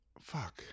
fuck